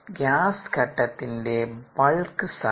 gas ഘട്ടത്തിന്റെ bulk സാന്ദ്രത